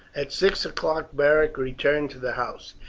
at six o'clock beric returned to the house.